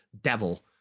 Devil